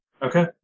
Okay